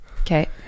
Okay